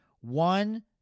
One